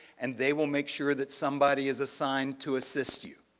and they will make sure that somebody is assigned to assist you.